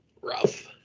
Rough